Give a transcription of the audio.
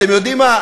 אתם יודעים מה?